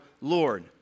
Lord